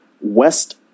west